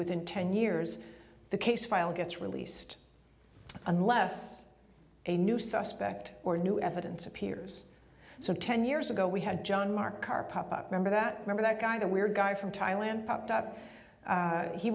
within ten years the case file gets released unless a new suspect or new evidence appears so ten years ago we had john mark karr pop up member that remember that guy the weird guy from thailand popped up